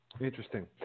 interesting